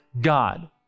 God